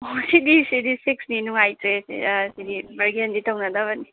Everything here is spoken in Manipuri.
ꯁꯤꯗꯤ ꯁꯤꯗꯤ ꯐꯤꯛꯁꯅꯤ ꯅꯨꯡꯉꯥꯏꯇ꯭ꯔꯦ ꯁꯤꯗꯤ ꯕꯔꯒꯦꯟꯗꯤ ꯇꯧꯅꯗꯕꯅꯤ